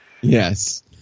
Yes